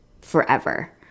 forever